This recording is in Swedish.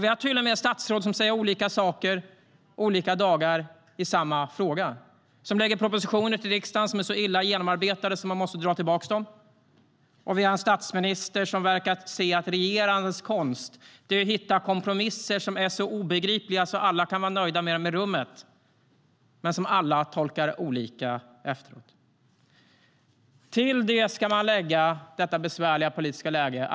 Vi har till och med statsråd som säger olika saker olika dagar i samma fråga och som lägger fram propositioner för riksdagen som är så illa genomarbetade att de måste dras tillbaka. Vi har en statsminister som verkar anse att regerandets konst är att hitta kompromisser som är så obegripliga att alla kan vara nöjda med dem i rummet men som alla tolkar olika efteråt. Till det ska man lägga detta besvärliga politiska läge.